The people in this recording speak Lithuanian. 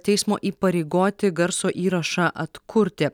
teismo įpareigoti garso įrašą atkurti